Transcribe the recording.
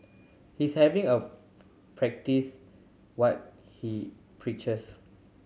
he's having a practice what he preaches